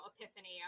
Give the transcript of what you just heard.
epiphany